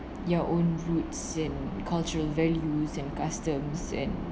your own roots and cultural values and customs and